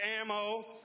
ammo